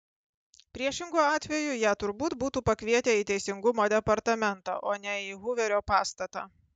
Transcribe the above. priešingu atveju ją turbūt būtų pakvietę į teisingumo departamentą o ne į huverio pastatą